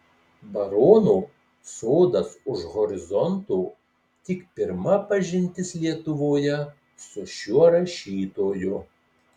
barono sodas už horizonto tik pirma pažintis lietuvoje su šiuo rašytoju